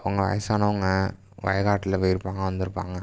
அவங்க வயசானவங்க வயக்காட்டில் போயிருப்பாங்க வந்திருப்பாங்க